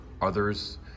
others